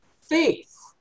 faith